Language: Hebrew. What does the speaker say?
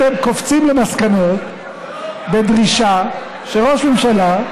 אתם קופצים למסקנות בדרישה שראש ממשלה,